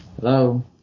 hello